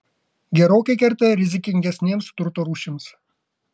gerokai kerta rizikingesnėms turto rūšims